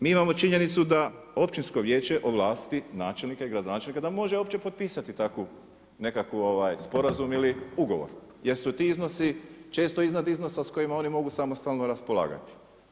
Mi imamo činjenicu da općinsko vijeće ovlasti načelnika i gradonačelnika da može uopće potpisati takvu nekakvu, sporazum ili ugovor jer su ti iznosi često iznad iznosa s kojima oni mogu samostalno raspolagati.